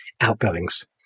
outgoings